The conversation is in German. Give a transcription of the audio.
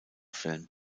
film